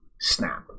snap